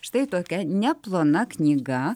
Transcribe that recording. štai tokia neplona knyga